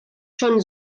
schon